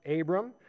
Abram